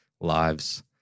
lives